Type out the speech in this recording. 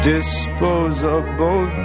Disposable